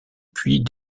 puits